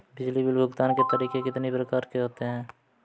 बिजली बिल भुगतान के तरीके कितनी प्रकार के होते हैं?